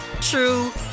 true